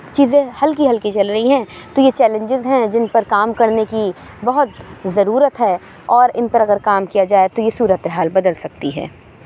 چیزیں ہلکی ہلکی چل رہی ہیں تو یہ چیلنجز ہیں جن پر کام کرنے کی بہت ضرورت ہے اور ان پر اگر کام کیا جائے تو یہ صورت حال بدل سکتی ہے